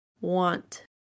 Want